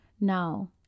now